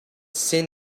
see